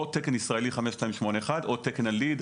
או תקן ישראלי 5281 או תקן ה-LEED,